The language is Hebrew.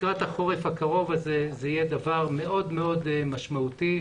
לקראת החורף זה יהיה דבר מאוד מאוד משמעותי.